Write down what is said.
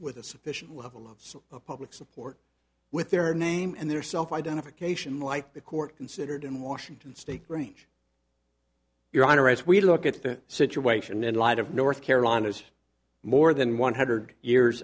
with a sufficient level of public support with their name and their self identification like the court considered in washington state range your honor as we look at the situation in light of north carolina as more than one hundred years